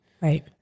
Right